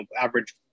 average